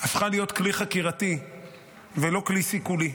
הפכה להיות כלי חקירתי ולא כלי סיכולי,